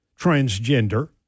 transgender